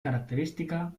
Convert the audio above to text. característica